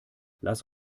lass